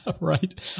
Right